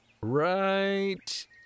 right